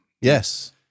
Yes